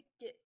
get